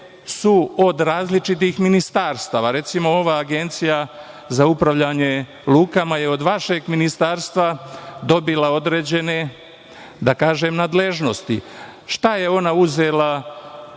su od različitih ministarstava. Recimo, ova Agencija za upravljanje lukama je od vašeg ministarstva dobila određene nadležnosti. Šta je ona uzela